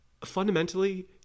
fundamentally